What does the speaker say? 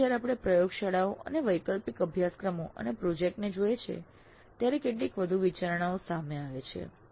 પરંતુ જ્યારે આપણે પ્રયોગશાળાઓ અને વૈકલ્પિક અભ્યાસક્રમો અને પ્રોજેક્ટ ને જોઈએ છીએ ત્યારે કેટલીક વધુ વિચારણાઓ સામે આવે છે